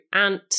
ant